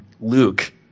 Luke